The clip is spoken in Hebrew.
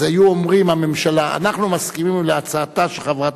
אז היו אומרים בממשלה: אנחנו מסכימים להצעתה של חברת